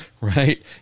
right